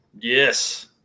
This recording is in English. Yes